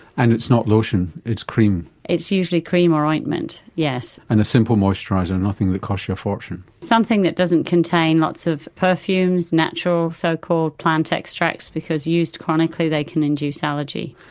and it's not lotion, it's cream. it's usually cream or ointment, yes. and a simple moisturiser, nothing that costs you a fortune. something that doesn't contain lots of perfumes, natural so-called plant extracts, because used chronically they can induce allergy.